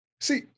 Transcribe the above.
See